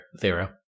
zero